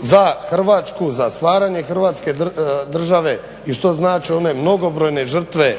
za Hrvatsku, za stvaranje Hrvatske države i što znače one mnogobrojne žrtve